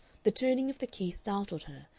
the turning of the key startled her,